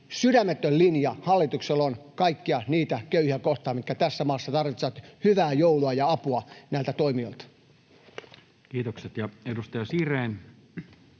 sydämetön linja hallituksella on kaikkia niitä köyhiä kohtaan, jotka tässä maassa tarvitsevat hyvää joulua ja apua näiltä toimijoilta. [Speech 209] Speaker: